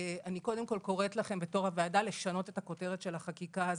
אני קודם כל קוראת לכם לשנות את הכותרת של החקיקה הזאת,